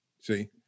See